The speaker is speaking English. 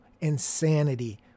insanity